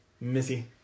Missy